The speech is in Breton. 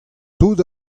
tout